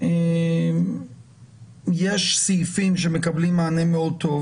יש סעיפים שמקבלים מענה מאוד טוב